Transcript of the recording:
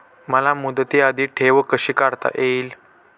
मला मुदती आधी ठेव कशी काढता येईल?